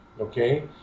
Okay